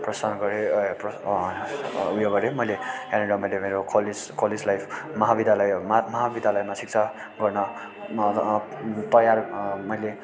प्रस्थान गरेँ उयो गरेँ मैले यहाँनिर मैले मेरो कलेज कलेज लाइफ महाविद्यालय महामहाविद्यालयमा शिक्षा गर्न तयार मैले